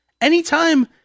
Anytime